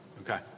Okay